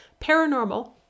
paranormal